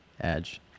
edge